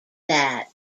that